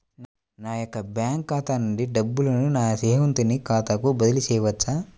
నా యొక్క బ్యాంకు ఖాతా నుండి డబ్బులను నా స్నేహితుని ఖాతాకు బదిలీ చేయవచ్చా?